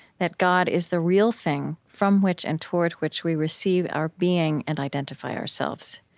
that god is the real thing from which and toward which we receive our being and identify ourselves.